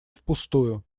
впустую